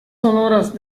sonoras